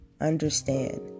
Understand